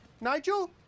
Nigel